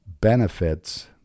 benefits